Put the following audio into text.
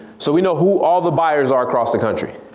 so we know who all the buyers are across the country.